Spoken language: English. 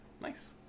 Nice